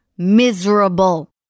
miserable